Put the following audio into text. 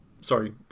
sorry